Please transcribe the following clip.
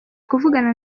kuvugana